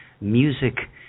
music